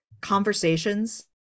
conversations